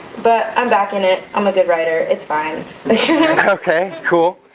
but i'm back in it i'm a good writer. it's fine but okay, cool.